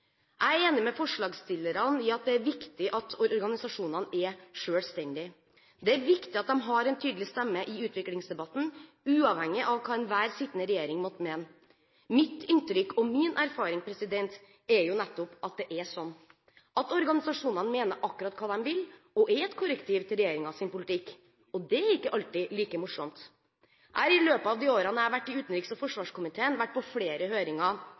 Jeg er enig med forslagsstillerne i at det er viktig at organisasjonene er selvstendige. Det er viktig at de har en tydelig stemme i utviklingsdebatten, uavhengig av hva enhver sittende regjering måtte mene. Mitt inntrykk og min erfaring er jo nettopp at det er slik, at organisasjonene mener akkurat hva de vil og er et korrektiv til regjeringens politikk. Det er ikke alltid like morsomt. Jeg har i løpet av de årene jeg har vært i utenriks- og forsvarskomiteen, vært på flere høringer,